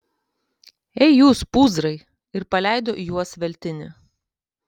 ei jūs pūzrai ir paleido į juos veltinį